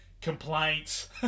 complaints